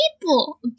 people